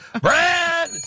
Brad